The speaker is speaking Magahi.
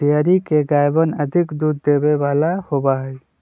डेयरी के गायवन अधिक दूध देवे वाला होबा हई